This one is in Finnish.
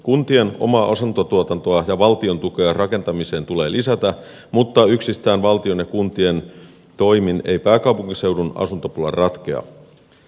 kuntien omaa asuntotuotantoa ja valtion tukea rakentamiseen tulee lisätä mutta yksistään valtion ja kuntien toimin ei pääkaupunkiseudun asuntopula ratkea